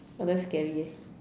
not that scary eh